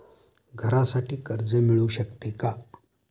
घरासाठी कर्ज मिळू शकते का?